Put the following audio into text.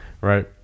Right